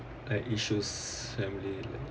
like issues family